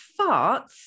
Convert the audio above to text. farts